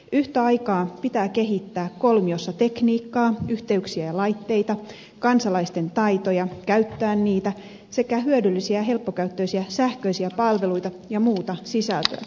yhtä aikaa pitää kehittää kolmiossa tekniikkaa yhteyksiä ja laitteita kansalaisten taitoja käyttää niitä sekä hyödyllisiä helppokäyttöisiä sähköisiä palveluita ja muuta sisältöä